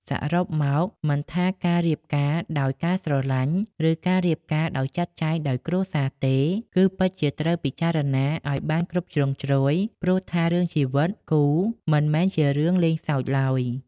សរុបមកមិនថាការរៀបការដោយការស្រលាញ់ ឬការរៀបការដោយចាត់ចែងដោយគ្រួសារទេ គឺពិតជាត្រូវពិចារណាឲ្យបានគ្រប់ជ្រុងជ្រោយ ព្រោះថា រឿងជីវិតគូមិនមែនជារឿងលេងសើចឡើយ។